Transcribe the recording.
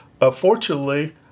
Unfortunately